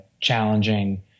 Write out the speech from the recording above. challenging